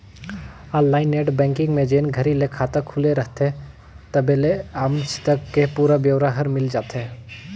online net banking में जेन घरी ले खाता खुले रथे तबले आमज तक के पुरा ब्योरा हर मिल जाथे